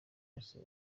bose